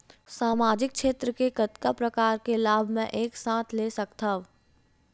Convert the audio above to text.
सामाजिक क्षेत्र के कतका प्रकार के लाभ मै एक साथ ले सकथव?